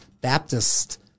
Baptist